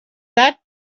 that